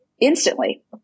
instantly